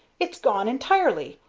it's gone entirely,